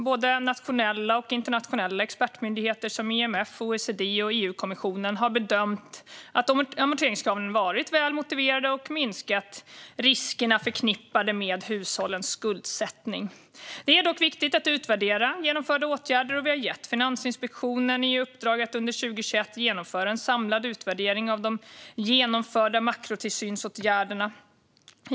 Både nationella och internationella expertmyndigheter, som IMF, OECD och EU-kommissionen, har bedömt att amorteringskraven varit väl motiverade och minskat riskerna förknippade med hushållens skuldsättning. Det är dock viktigt att utvärdera genomförda åtgärder, och vi har gett Finansinspektionen i uppdrag att under 2021 genomföra en samlad utvärdering av de genomförda makrotillsynsåtgärderna.